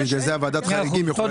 עדי, בגלל זה ועדת החריגים יכולה לבדוק.